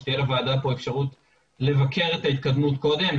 שתהיה לוועדה פה אפשרות לבקר את ההתקדמות קודם,